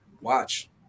watch